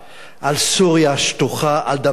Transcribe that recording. על סוריה השטוחה, על דמשק